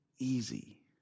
Easy